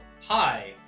hi